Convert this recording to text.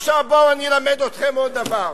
עכשיו בואו אני אלמד אתכם עוד דבר.